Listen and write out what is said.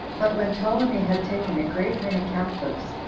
but when ptolemy had taken a great many captives,